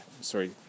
sorry